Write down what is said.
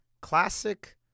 classic